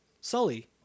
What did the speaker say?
Sully